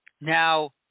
Now